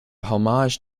homage